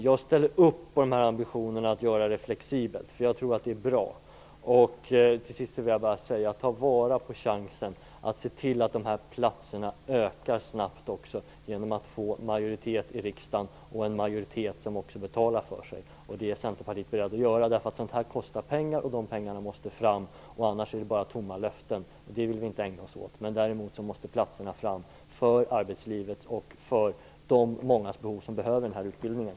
Jag ställer upp på ambitionen att göra systemet flexibelt. Jag tror att det är bra. Till sist vill jag säga: Ta vara på chansen att se till att dessa platser ökar snabbt genom att få majoritet i riksdagen, och en majoritet som också betalar för sig. Det är Centerpartiet berett att göra. Sådant här kostar pengar, och de pengarna måste fram. Annars är det bara tomma löften, och det vill vi inte ägna oss åt. Däremot måste platserna fram för arbetslivet och för de många som behöver den här utbildningen.